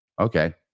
Okay